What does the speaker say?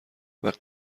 وقتی